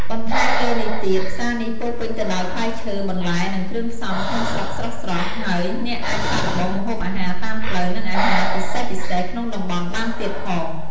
បន្ថែមលើនេះទៀត ផ្សារនេះពោរពេញទៅដោយផ្លែឈើ បន្លែ និងគ្រឿងផ្សំក្នុងស្រុកស្រស់ៗ ហើយអ្នកអាចសាកល្បងម្ហូបអាហារតាមផ្លូវ និងអាហារពិសេសៗក្នុងតំបន់បានទៀតផង។